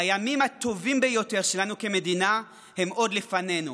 הימים הטובים ביותר שלנו כמדינה עוד לפנינו,